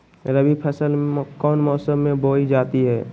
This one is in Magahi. रबी फसल कौन मौसम में बोई जाती है?